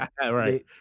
right